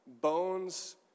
bones